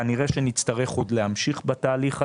כנראה שנצטרך עוד להמשיך בתהליך הזה,